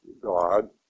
God